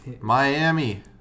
Miami